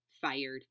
fired